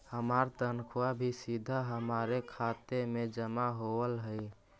हमार तनख्वा भी सीधा हमारे खाते में जमा होवअ हई